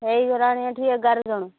ହୋଇଗଲାଣି ଏଠି ଏଗାର ଜଣ